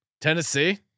Tennessee